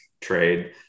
trade